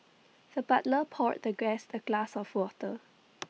the butler poured the guest A glass of water